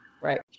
right